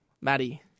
Maddie